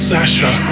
Sasha